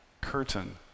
curtain